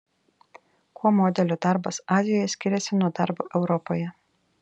kuo modelio darbas azijoje skiriasi nuo darbo europoje